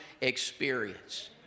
experience